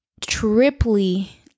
triply